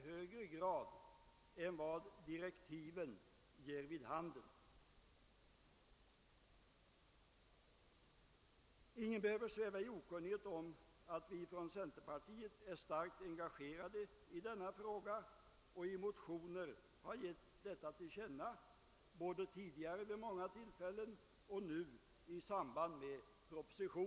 »att riksdagen i skrivelse till Kungl. Maj:t måtte ge till känna sin uppfattning att till grund för reformarbetet i fråga om samhällsverksamheten på länsplanet måste redan i nuläget ligga länsdemokratiutredningens förslag till vidgad och fördjupad länsdemokrati«.